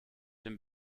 dem